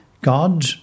God